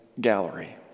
gallery